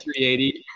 380